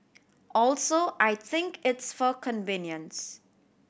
also I think it's for convenience